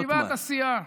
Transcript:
בישיבת הסיעה.